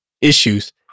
issues